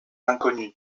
inconnue